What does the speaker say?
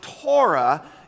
Torah